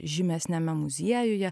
žymesniame muziejuje